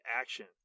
action